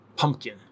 pumpkin